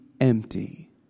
empty